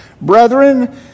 Brethren